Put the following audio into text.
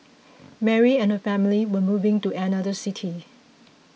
Mary and her family were moving to another city